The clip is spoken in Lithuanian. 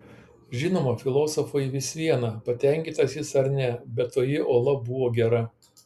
žinoma filosofui vis viena patenkintas jis ar ne bet toji ola buvo gera